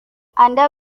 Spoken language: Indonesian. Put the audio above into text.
anda